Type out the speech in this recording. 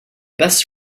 best